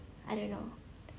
I don't know